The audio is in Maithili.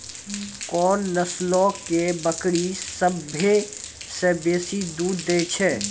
कोन नस्लो के बकरी सभ्भे से बेसी दूध दै छै?